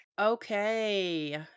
Okay